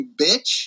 bitch